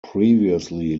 previously